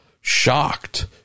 shocked